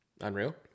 Unreal